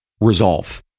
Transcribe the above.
resolve